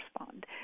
respond